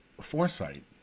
foresight